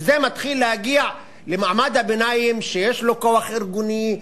כשזה מתחיל להגיע למעמד הביניים שיש לו כוח ארגוני,